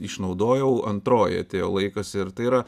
išnaudojau antroji atėjo laikas ir tai yra